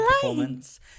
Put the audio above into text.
performance